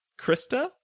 krista